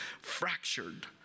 fractured